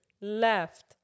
left